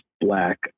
black